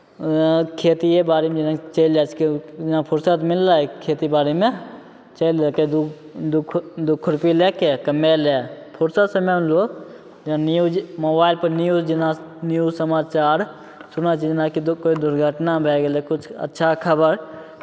खेतिए बाड़ीमे चलि जाइ छिकै जेना फुरसत मिललै खेतीबाड़ीमे चलि जयतै दू दू खु दू खुरपी लए कऽ कमाए लए फुरसत समयमे लोक जेना न्यूज मोबाइलपर न्यूज जेना न्यूज समाचार सुनै छै जेनाकि दु कोइ दुर्घटना भए गेलै किछु अच्छा खबर